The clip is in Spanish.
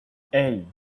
hey